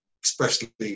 expressly